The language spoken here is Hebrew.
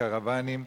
קרוונים,